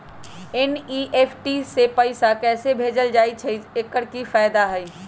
NEFT से पैसा कैसे भेजल जाइछइ? एकर की फायदा हई?